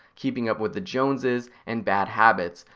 keeping up with the joneses, and bad habits.